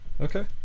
okay